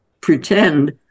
pretend